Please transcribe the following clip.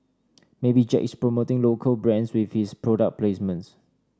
maybe Jack is promoting local brands with his product placements